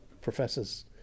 professors